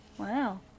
Wow